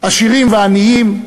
עשירים ועניים,